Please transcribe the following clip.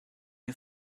ihr